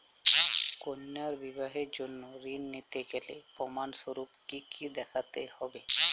কন্যার বিবাহের জন্য ঋণ নিতে গেলে প্রমাণ স্বরূপ কী কী দেখাতে হবে?